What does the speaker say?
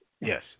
Yes